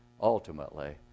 ultimately